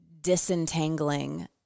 disentangling